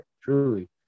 truly